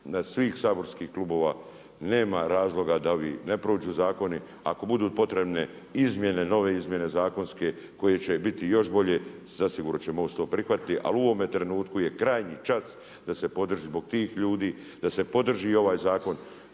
svih saborskih klubova, nema razloga da ovi ne prođu zakoni. Ako budu potrebne izmjene, nove izmjene zakonske koje će biti još bolje zasigurno će MOST to prihvatiti. Ali u ovome trenutku je krajnji čas da se podrži zbog tih ljudi, da se podrži i ovaj zakon